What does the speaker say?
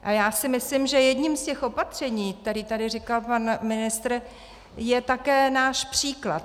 A já si myslím, že jedním z těch opatření, která tady říkal pan ministr, je také náš příklad.